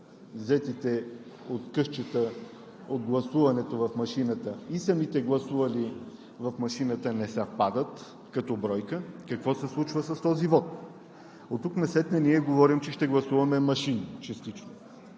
взетите откъслеци от гласуването в машината и самите гласували в машината не съвпадат като бройка, какво се случва с този вот. Оттук насетне ние говорим, че частично ще гласуваме машинно.